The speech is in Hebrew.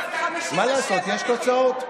מה לעשות, יש תוצאות.